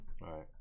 right